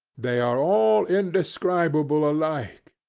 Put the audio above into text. they are all indescribable alike.